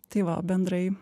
tai va o bendrai